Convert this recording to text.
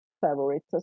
favorites